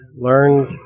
learned